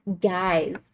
Guys